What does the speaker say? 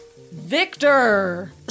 Victor